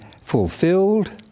fulfilled